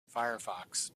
firefox